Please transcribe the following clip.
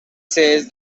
says